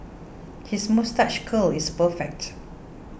his moustache curl is perfect